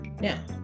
Now